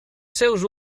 seus